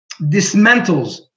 dismantles